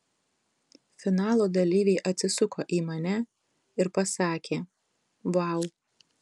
finalo dalyviai atsisuko į mane ir pasakė vau